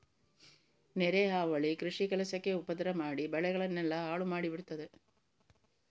ನೆರೆ ಹಾವಳಿ ಕೃಷಿ ಕೆಲಸಕ್ಕೆ ಉಪದ್ರ ಮಾಡಿ ಬೆಳೆಗಳನ್ನೆಲ್ಲ ಹಾಳು ಮಾಡಿ ಬಿಡ್ತದೆ